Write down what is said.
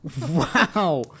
Wow